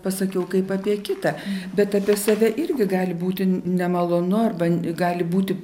pasakiau kaip apie kitą bet apie save irgi gali būti nemalonu arba gali būti